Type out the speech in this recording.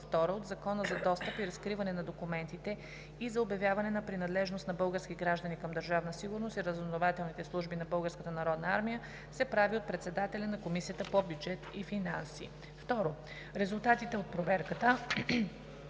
т. 2 от Закона за достъп и разкриване на документите и за обявяване на принадлежност на български граждани към Държавна сигурност и разузнавателните служби на Българската народна армия се прави от председателя на Комисията по бюджет и финанси. 2. Резултатите от проверката